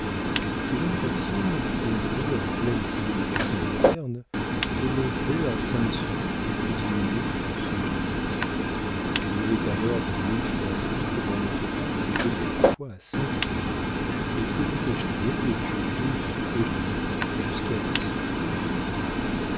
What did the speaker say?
ces jeunes personnes élevées en pleine civilisation moderne tenaient peu à cinq sous et faisaient mouche sur mouche il y avait alors des mouches inscrites dont le total s'élevait quelquefois à cent sous et qui étaient échelonnées depuis deux sous et demi jusqu'à dix sous